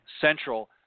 Central